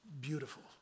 Beautiful